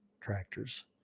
tractors